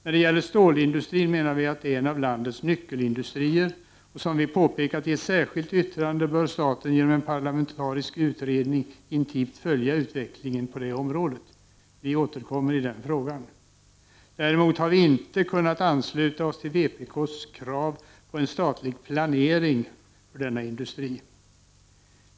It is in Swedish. Vi menar att stålindustrin är en av landets nyckelindustrier, och vi påpekar i ett särskilt yttrande att staten genom en parlamentarisk utredning intimt bör följa utvecklingen på området. Vi kommer även att återkomma med anledning av denna fråga. Däremot har vi inte kunnat ansluta oss till vpk:s krav på en statlig planering för denna industri.